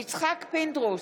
פינדרוס,